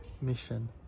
mission